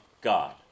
God